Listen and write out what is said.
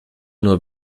nur